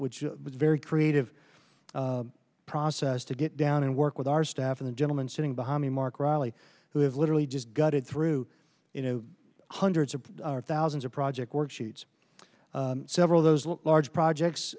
which was very creative process to get down and work with our staff and a gentleman sitting behind me mark riley who have literally just got it through you know hundreds of thousands of project work sheets several of those large projects